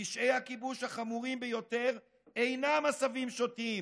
פשעי הכיבוש החמורים ביותר אינם עשבים שוטים